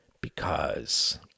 Because